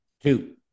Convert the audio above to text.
Two